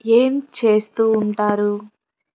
ఏం చేస్తూ ఉంటారు